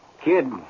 Kid